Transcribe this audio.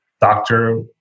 doctor